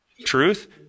Truth